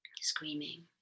screaming